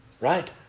right